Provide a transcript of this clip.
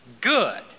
good